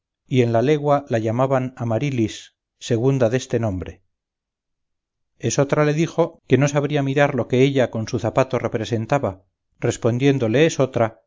y en la legua la llamaban amarilis segunda deste nombre esotra le dijo que no sabría mirar lo que ella con su zapato representaba respondiéndole esotra